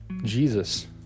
Jesus